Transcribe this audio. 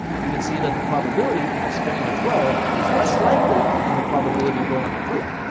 we can see that the probability of spinning a twelve is less likely than the probability of rolling a three.